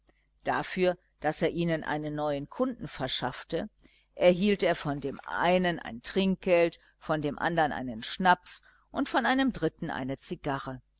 dafür daß er ihnen einen neuen kunden verschaffte erhielt er von dem einen ein trinkgeld von dem andern einen schnaps und von einem dritten eine zigarre